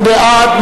מי בעד?